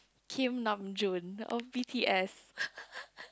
Kim Nam Joon or b_t_s